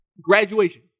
Graduation